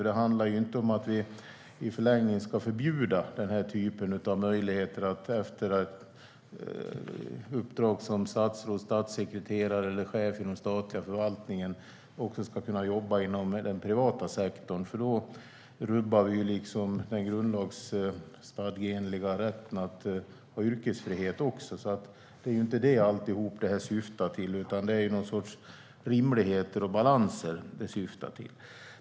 Det handlar ju inte om att vi i förlängningen ska förbjuda den här typen av möjligheter att efter ett uppdrag som statsråd, statssekreterare eller chef inom den statliga förvaltningen kunna jobba inom den privata sektorn, för då rubbar vi den grundlagsenliga rätten till yrkesfrihet. Det är inte det som allt detta syftar till, utan det syftar till någon sorts rimlighet och balans.